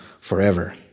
forever